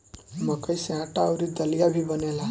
मकई से आटा अउरी दलिया भी बनेला